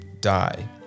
die